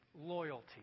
loyalty